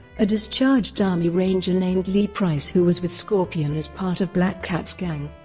a discharged army ranger named lee price who was with scorpion as part of black cat's gang.